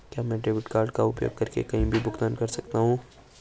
क्या मैं debit card का उपयोग करके कहीं भी भुगतान कर सकता हूं?